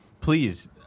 please